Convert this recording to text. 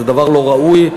זה דבר לא ראוי.